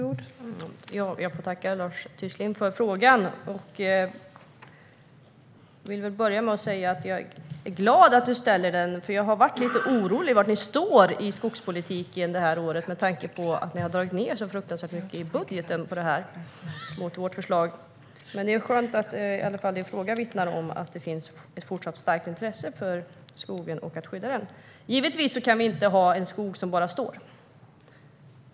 Fru talman! Jag får tacka Lars Tysklind för frågan. Jag vill börja med att säga att jag är glad att du ställer den. Jag har varit lite orolig för var ni står i skogspolitiken det här året med tanke på att ni har dragit ned så fruktansvärt mycket i budgeten på detta mot i vårt förslag. Det är skönt att i varje fall din fråga vittnar om att det finns ett fortsatt starkt intresse för skogen och att skydda den. Vi kan givetvis inte ha en skog som bara står.